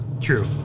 true